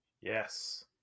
yes